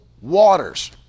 waters